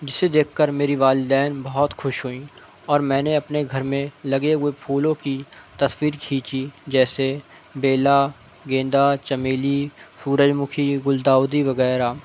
جسے دیکھ کر میری والدین بہت خوش ہوئی اور میں نے اپنے گھر میں لگے ہوئے پھولوں کی تصویر کھینچی جیسے بیلا گیندا چمیلی سورج مکھی گل داودی وغیرہ